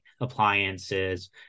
appliances